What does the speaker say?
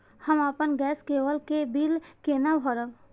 हम अपन गैस केवल के बिल केना भरब?